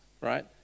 right